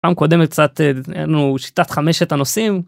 פעם קודם קצת היה לנו שיטת חמשת הנושאים.